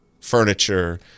furniture